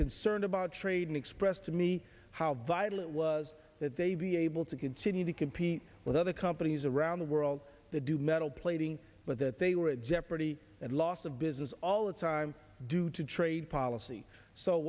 concerned about trade and expressed to me how vital it was that they be able to continue to compete with other companies around the world that do metal plating but that they were at jeopardy and loss of business all the time due to trade policy so